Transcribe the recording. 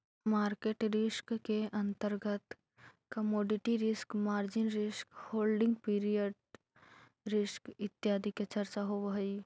market risk के अंतर्गत commodity risk, margin risk, holding period risk इत्यादि के चर्चा होवऽ हई